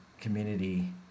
community